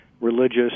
religious